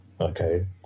okay